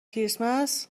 کریسمس